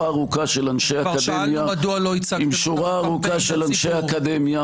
ארוכה של אנשי אקדמיה -- כבר שאלנו מדוע לא הצגת את זה בקמפיין לציבור.